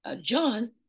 John